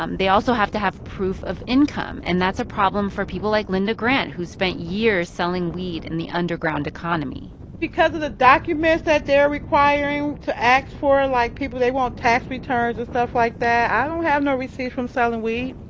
um they also have to have proof of income, and that's a problem for people like linda grant, who spent years selling weed in the underground economy because of the documents that they're requiring to ask for ah like, people, they want tax returns and stuff like that. i don't have no receipts from selling weed.